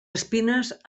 espines